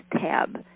tab